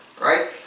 right